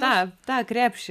tą tą krepšį